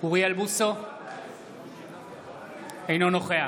אינו נוכח